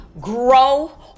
grow